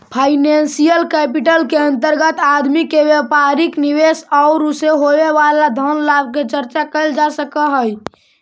financial capital के अंतर्गत आदमी के व्यापारिक निवेश औउर उसे होवे वाला धन लाभ के चर्चा कैल जा सकऽ हई